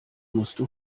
musste